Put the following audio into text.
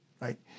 right